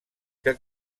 que